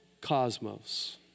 cosmos